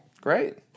Great